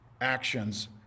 actions